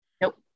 Nope